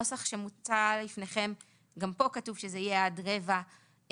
בנוסח שמוצע לפניכם גם פה כתוב שזה יהיה עד רבע מהתגמול,